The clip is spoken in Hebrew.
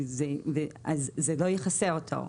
אז זה לא יכסה אותו.